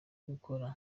gukora